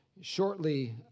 Shortly